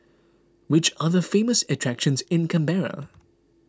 which are the famous attractions in Canberra